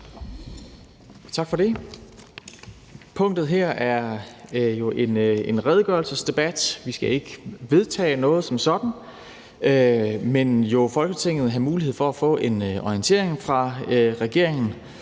Tak for det. Punktet her er jo en redegørelsesdebat. Vi skal ikke vedtage noget som sådan, men Folketinget har mulighed for at få en orientering fra regeringen